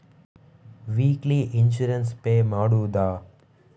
Weekly insurance pay ಮಾಡುವುದ?